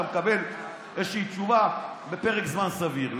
אתה מקבל איזושהי תשובה בפרק זמן סביר.